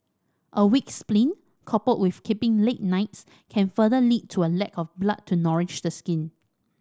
a weak spleen coupled with keeping late nights can further lead to a lack of blood to nourish the skin